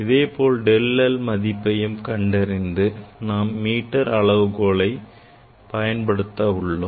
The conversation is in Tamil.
இதேபோல் del l மதிப்பை கண்டறியவும் நாம் மீட்டர் அளவுக்கோலை பயன்படுத்தியுள்ளோம்